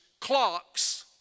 clocks